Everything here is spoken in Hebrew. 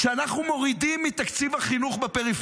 כשאנחנו מורידים כסף